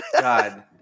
God